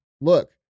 look